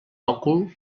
òcul